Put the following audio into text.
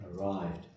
arrived